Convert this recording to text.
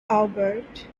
albert